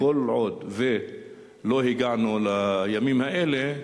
כל עוד לא הגענו לימים האלה,